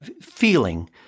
feeling